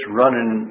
running